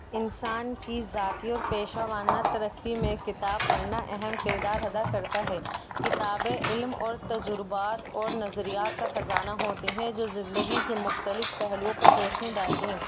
انسان کی ذاتی اور پیشہ ورانہ ترقی میں کتاب پڑھنا اہم کردار ادا کرتا ہے کتابیں علم اور تجربات اور نظریات کا خزانہ ہوتی ہیں جو زندگی کے مختلف پہلوؤں پر روشنی ڈالتی ہیں